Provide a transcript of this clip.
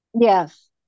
Yes